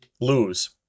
Lose